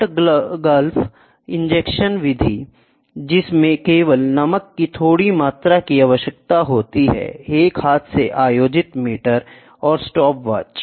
salt gulf injection विधि जिसमें केवल नमक की थोड़ी मात्रा की आवश्यकता होती है एक हाथ से आयोजित मीटर और स्टॉपवॉच